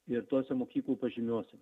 ir tose mokyklų pažymiuose